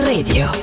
Radio